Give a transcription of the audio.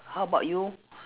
how about you